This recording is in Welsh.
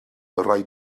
rai